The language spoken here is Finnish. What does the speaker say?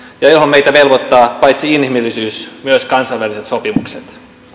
ja johon meitä velvoittavat paitsi inhimillisyys myös kansainväliset sopimukset